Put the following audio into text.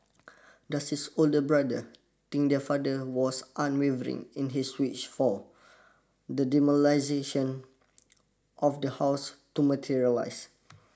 does his older brother think their father was unwavering in his wish for the demolition of the house to materialise